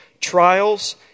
trials